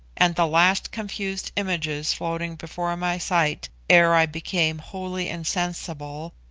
and the last confused images floating before my sight ere i became wholly insensible,